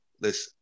Listen